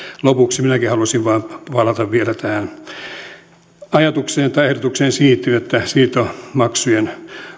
lopuksi minäkin haluaisin vain palata vielä tähän ajatukseen tai ehdotukseen siitä että siirtomaksujen